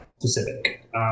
Specific